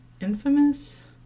infamous